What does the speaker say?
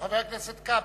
חבר הכנסת איתן כבל,